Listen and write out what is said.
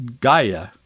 Gaia